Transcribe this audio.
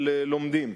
אבל לומדים.